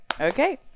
Okay